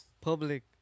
public